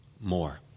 more